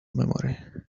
memory